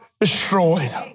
destroyed